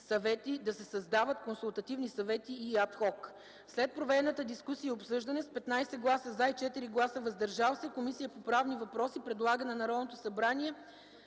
да се създават консултативни съвети ad hoc. След проведената дискусия и обсъждане с 15 гласа „за” и 4 гласа „въздържал се”, Комисията по правни въпроси предлага на Народното събрание